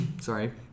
Sorry